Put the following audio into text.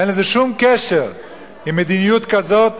אין לזה שום קשר עם מדיניות כזאת